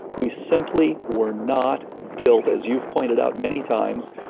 we simply were not built, as you've pointed out many times,